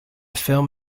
film